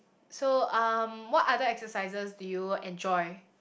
so um what other exercises do you enjoy